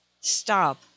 Stop